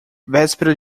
véspera